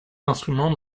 instruments